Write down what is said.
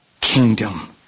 kingdom